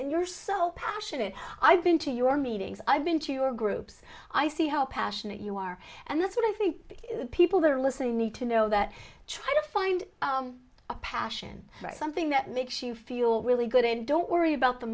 and you're so passionate i've been to your meetings i've been to your groups i see how passionate you are and that's what i think people that are listening need to know that try to find a passion for something that makes you feel really good and don't worry about the